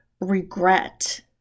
regret